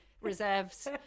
reserves